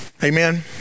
Amen